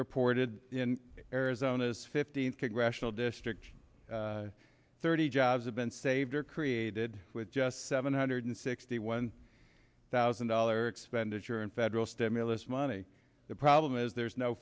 reported in arizona's fifteenth congressional district thirty jobs have been saved or created with just seven hundred sixty one thousand dollar expenditure in federal stimulus money the problem is there's no